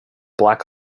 black